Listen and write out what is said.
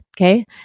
Okay